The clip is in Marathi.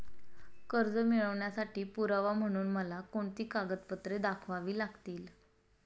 कर्ज मिळवण्यासाठी पुरावा म्हणून मला कोणती कागदपत्रे दाखवावी लागतील?